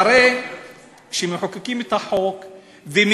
אחרי שמחוקקים את החוק ומבינים,